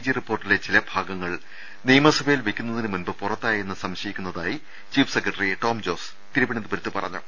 G റിപ്പോർട്ടിലെ ചില ഭാഗങ്ങൾ നിയമസഭയിൽ വെയ്ക്കുന്നതിന് മുമ്പ് പുറ ത്തായെന്ന് സംശയിക്കുന്നതായി ചീഫ് സെക്രട്ടറി ടോം ജോസ് തിരുവനന്ത പുരത്ത് പറഞ്ഞു